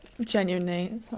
Genuinely